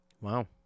Wow